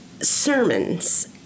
sermons